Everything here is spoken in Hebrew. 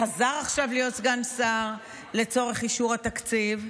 חזר עכשיו להיות סגן שר לצורך אישור התקציב,